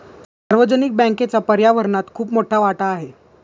सार्वजनिक बँकेचा पर्यावरणात खूप मोठा वाटा आहे